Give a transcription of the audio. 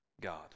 God